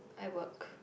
I work